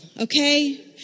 okay